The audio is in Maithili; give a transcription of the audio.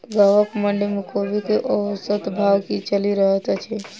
गाँवक मंडी मे कोबी केँ औसत भाव की चलि रहल अछि?